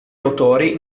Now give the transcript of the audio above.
autori